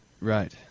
Right